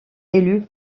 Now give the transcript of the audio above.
élus